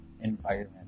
environment